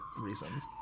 reasons